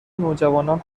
نوجوانان